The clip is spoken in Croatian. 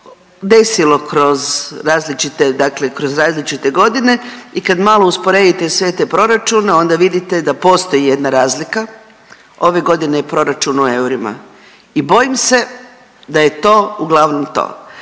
dakle kroz različite godine i kad malo usporedite sve te proračune onda vidite da postoji jedna razlika. Ove godine je proračun u eurima. I bojim se da je to uglavnom to.